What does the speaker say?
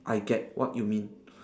I get what you mean